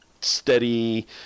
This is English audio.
steady